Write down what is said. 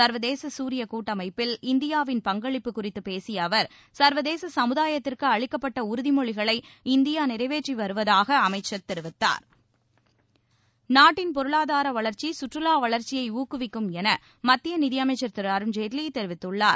சர்வதேச சூரிய கூட்டமைப்பில் இந்தியாவின் பங்களிப்பு சூரித்து பேசிய அவர் சர்வதேச சமுதாயத்திற்கு அளிக்கப்பட்ட உறுதிமொழிகளை இந்தியா நிறைவேற்றி வருவதாக டாக்டர் ஹர்ஷவர்தன தெரிவித்தார் நாட்டின் பொருளாதார வளர்ச்சி கற்றுவா வளர்ச்சியை ஊக்குவிக்கும் என மத்திய நிதியமைச்சர் திரு அருண்ஜேட்லி தெரிவித்துள்ளார்